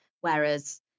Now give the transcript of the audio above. whereas